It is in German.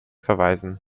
verweisen